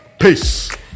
Peace